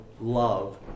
love